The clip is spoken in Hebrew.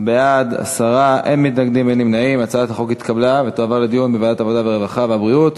להעביר את הצעת חוק הסדרת העיסוק במקצועות הבריאות